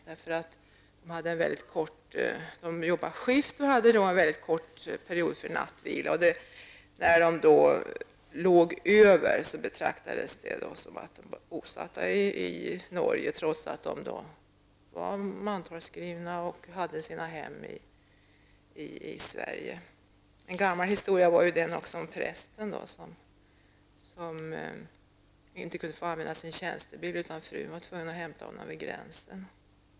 De arbetade skift och hade en mycket kort period för nattvila, och när de sov över betraktades de som bosatta i Norge trots att de var mantalsskrivna och hade sina hem i Sverige. En gammal historia är den om prästen som inte fick använda sin tjänstebil, utan frun var tvungen att hämta honom vid gränsen.